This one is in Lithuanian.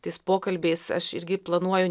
tais pokalbiais aš irgi planuoju